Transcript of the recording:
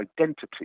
identity